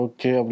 Okay